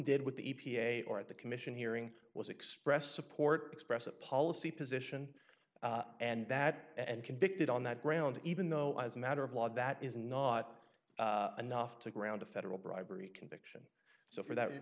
did with the e p a or at the commission hearing was expressed support express a policy position and that and convicted on that ground even though as a matter of law that is not enough to ground a federal bribery conviction so for that